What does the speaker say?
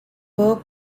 huevo